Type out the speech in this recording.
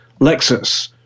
Lexus